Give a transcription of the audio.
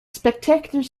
spectacular